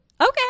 Okay